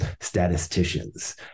statisticians